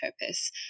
purpose